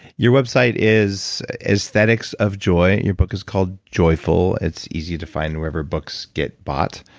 your website is aesthetics of joy. your book is called joyful, it's easy to find wherever books get bought.